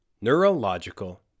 neurological